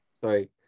Sorry